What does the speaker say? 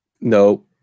No